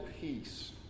peace